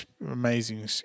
amazing